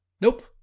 Nope